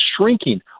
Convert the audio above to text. shrinking